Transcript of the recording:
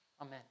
Amen